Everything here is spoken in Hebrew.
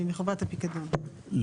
מחובת הפיקדון,